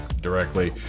directly